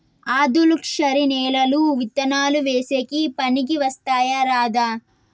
ఆధులుక్షరి నేలలు విత్తనాలు వేసేకి పనికి వస్తాయా రాదా?